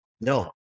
no